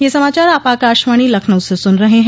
ब्रे क यह समाचार आप आकाशवाणी लखनऊ से सुन रहे हैं